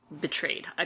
betrayed